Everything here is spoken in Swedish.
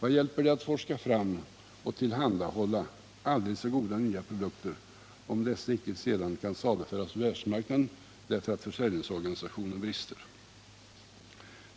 Vad hjälper det att forska fram och tillhandahålla aldrig så goda nya produkter, om dessa sedan inte kan saluföras på världsmarknaden därför att försäljningsorganisationen brister?